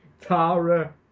Tara